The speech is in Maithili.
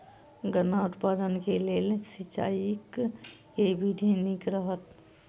गन्ना उत्पादन केँ लेल सिंचाईक केँ विधि नीक रहत?